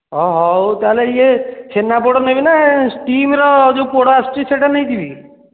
ହଉ ତାହେଲେ ଇଏ ଛେନାପୋଡ଼ ନେବି ନା ଷ୍ଟିମ୍ର ଯୋଉ ପୋଡ଼ ଆସୁଛି ସେଟା ନେଇଯିବି